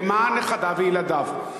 למען נכדיו וילדיו,